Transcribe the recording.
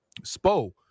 Spo